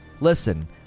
Listen